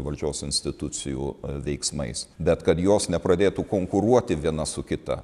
valdžios institucijų veiksmais bet kad jos nepradėtų konkuruoti viena su kita